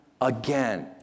again